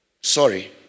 Sorry